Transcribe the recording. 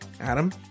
Adam